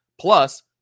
Plus